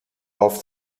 off